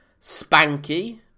spanky